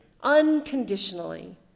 unconditionally